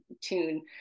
tune